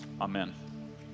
Amen